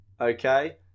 Okay